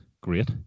great